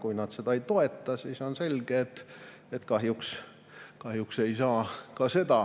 Kui nad seda ei toeta, siis on selge, et kahjuks ei saa ka seda